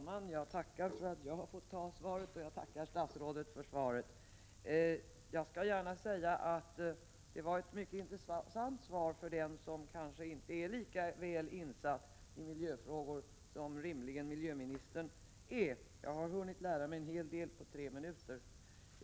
Fru talman! Jag tackar för att jag får ta emot svaret, och jag tackar statsrådet för svaret. Jag vill gärna säga att det var ett mycket intressant svar för den som kanske inte är lika väl insatt i miljöfrågor som miljöministern rimligen är. Jag har hunnit lära mig en hel del på tre minuter.